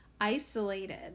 isolated